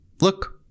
look